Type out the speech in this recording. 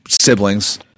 siblings